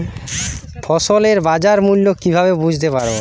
ফসলের বাজার মূল্য কিভাবে বুঝতে পারব?